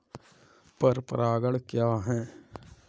पर परागण क्या है?